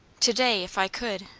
to-day, if i could!